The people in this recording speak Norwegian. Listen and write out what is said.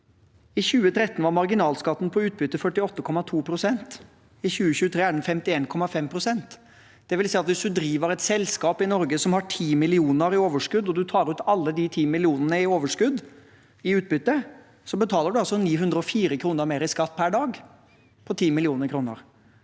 I 2013 var marginalskatten på utbytte 48,2 pst. I 2023 er den 51,5 pst. Det vil si at hvis man driver et selskap i Norge som har 10 mill. kr i overskudd, og man tar alle de ti millionene ut i utbytte, så betaler man altså 904 kr mer i skatt per dag på 10 mill. kr.